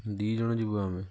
ଦୁଇ ଜଣ ଯିବୁ ଆମେ